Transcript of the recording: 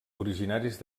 originaris